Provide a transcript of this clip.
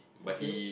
okay